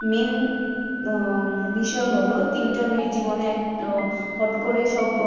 main বিষয় হল তিনটা মেয়ের জীবনে এক হট করে সব